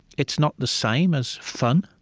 it's not the same as fun,